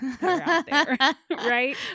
right